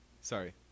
Sorry